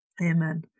Amen